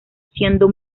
siendo